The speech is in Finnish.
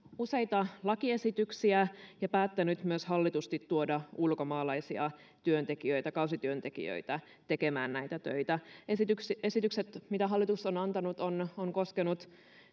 useita lakiesityksiä ja päättänyt myös hallitusti tuoda ulkomaalaisia kausityöntekijöitä tekemään näitä töitä esitykset esitykset jotka hallitus on antanut ovat koskeneet